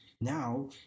Now